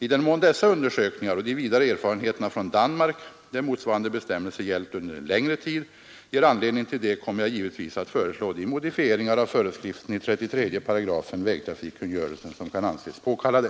I den mån dessa undersökningar och de vidare erfarenheterna från Danmark, där motsvarande bestämmelse gällt under en längre tid, ger anledning till det kommer jag givetvis att föreslå de modifieringar av föreskriften i 33 § vägtrafikkungörelsen som kan anses påkallade.